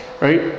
right